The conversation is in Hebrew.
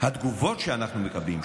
התגובות שאנחנו מקבלים,